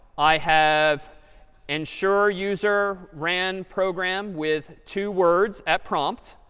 i have ensure user ran program with two words at prompt,